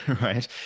right